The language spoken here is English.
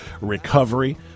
recovery